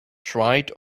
dried